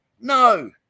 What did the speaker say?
No